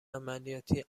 عملیاتی